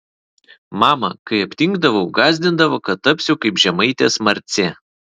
mama kai aptingdavau gąsdindavo kad tapsiu kaip žemaitės marcė